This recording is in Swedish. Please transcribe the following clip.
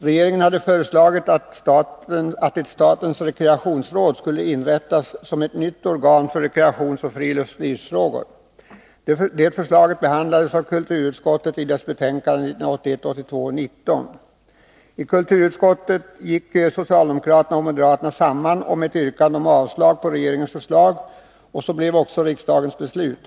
Regeringen hade föreslagit att ett statens rekreationsråd skulle tet gick socialdemokraterna samman om ett yrkande om avslag på Fredagen den regeringens förslag, och så blev också riksdagens beslut.